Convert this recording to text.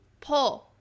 pull